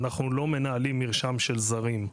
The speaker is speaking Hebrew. אנחנו לא מנהלים מרשם של זרים.